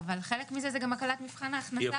אבל חלק מזה זה גם הקלת מבחן ההכנסה לפני הרפורמה.